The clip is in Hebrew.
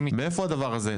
מאיפה הדבר הזה?